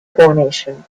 formation